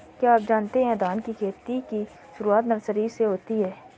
क्या आप जानते है धान की खेती की शुरुआत नर्सरी से होती है?